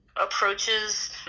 approaches